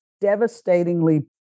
devastatingly